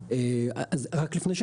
אז רק לפני,